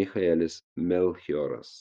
michaelis melchioras